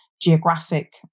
geographic